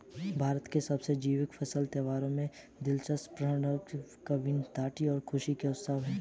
भारत के सबसे जीवंत फसल त्योहारों में दिलचस्प पौराणिक किंवदंतियां और खुशी के उत्सव है